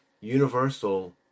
Universal